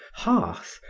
hearth,